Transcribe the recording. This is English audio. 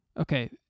Okay